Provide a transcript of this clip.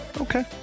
Okay